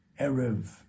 Erev